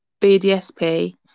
BDSP